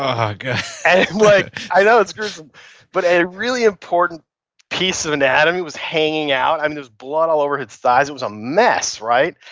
um ah and like i know it's gruesome but a really important piece of anatomy was hanging out. there's blood all over his thighs it was a mess. right?